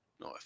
No